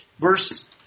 verse